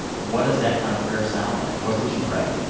what does that kind of prayer sound like? what did you pray?